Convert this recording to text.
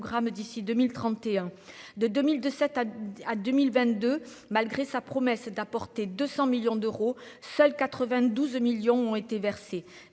d'ici 2031 de 2002 7 à 2022 malgré sa promesse d'apporter 200 millions d'euros, 92 millions ont été versés